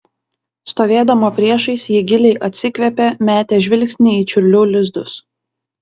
stovėdama priešais ji giliai atsikvėpė metė žvilgsnį į čiurlių lizdus